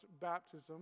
baptism